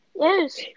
Yes